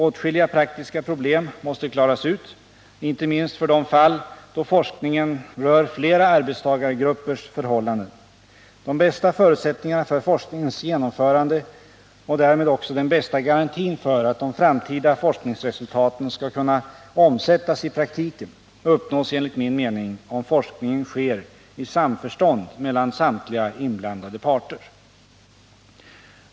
Åtskilliga praktiska problem måste klaras ut, inte minst för de fall där forskningen rör flera arbetstagargruppers förhållanden. De bästa förutsättningarna för forskningens genomförande, och därmed också den bästa garantin för att de framtida forskningsresultaten skall kunna omsättas i praktiken, uppnås enligt min mening, om forskningen sker i samförstånd mellan samtliga inblandade parter.